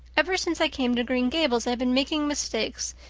ever since i came to green gables i've been making mistakes,